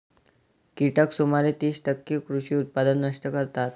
कीटक सुमारे तीस टक्के कृषी उत्पादन नष्ट करतात